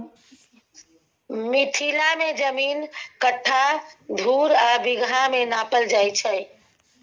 मिथिला मे जमीन कट्ठा, धुर आ बिगहा मे नापल जाइ छै